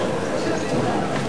תודיע שאתה מתפטר, ברוורמן.